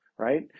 Right